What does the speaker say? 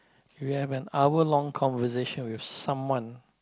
you have an hour long conversation with someone